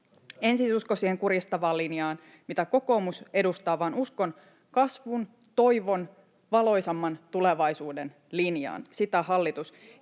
En siis usko siihen kurjistavaan linjaan, mitä kokoomus edustaa, vaan uskon kasvun, toivon, valoisamman tulevaisuuden linjaan. Sitä hallitus